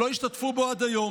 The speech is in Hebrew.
שלא השתתפו בו עד היום.